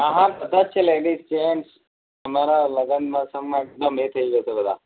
હા હા બધા જ છે લેડીસ જેન્ટ્સ તમારા લગન પ્રસંગમાં એકદમ એ થઇ જશે બધા